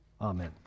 amen